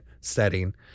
setting